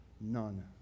None